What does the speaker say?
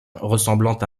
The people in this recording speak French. ressemblant